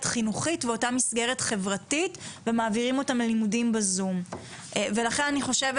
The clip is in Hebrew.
החינוכית ואת אותה המסגרת החברתית ומעבירים אותם ללימודים בזום ולכן אני חושבת